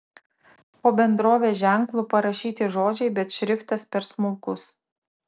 po bendrovės ženklu parašyti žodžiai bet šriftas per smulkus